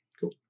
Cool